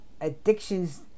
addictions